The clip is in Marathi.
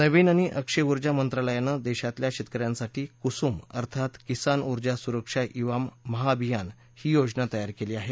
नवीन आणि अक्षय ऊर्जा मंत्रालयानं देशातल्या शेतक यांसाठी कुसूम अर्थात किसान ऊर्जा सुरक्षा ईवाम महाअभियान ही योजना तयार केली आहे